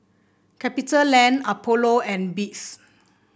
Capitaland Apollo and Beats